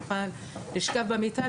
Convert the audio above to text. אוכל לשכב במיטה,